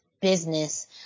business